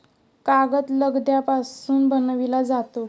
कागद लगद्यापासून बनविला जातो